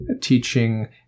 teaching